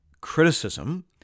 criticism